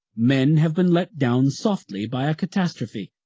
men have been let down softly by a catastrophe.